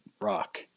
rock